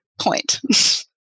point